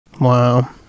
Wow